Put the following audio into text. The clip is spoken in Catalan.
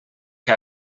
que